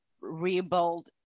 rebuild